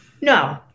No